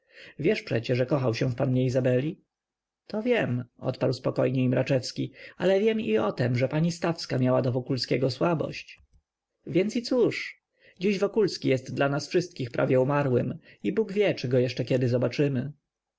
wiesz przecie że kochał się w pannie izabeli to wiem odparł nieco spokojniej mraczewski ale wiem i o tem że pani stawska miała do wokulskiego słabość więc i cóż dziś wokulski jest dla nas wszystkich prawie umarłym i bóg wie czy go kiedy zobaczymy